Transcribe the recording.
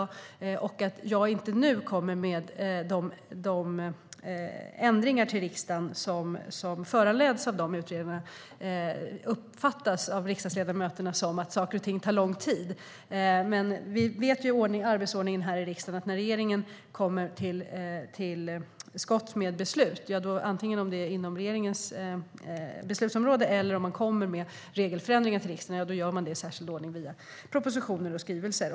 Jag förstår att mina svar, när jag i dag inte kommer med de ändringar till riksdagen som föranleds av utredningarna, uppfattas som att saker och ting tar lång tid. Men vi känner ju till arbetsordningen. När regeringen kommer med regelförändringar till riksdagen gör man det i särskild ordning genom propositioner och skrivelser.